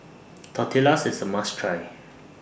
Tortillas IS A must Try